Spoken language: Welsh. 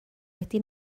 wedi